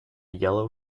yellow